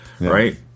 right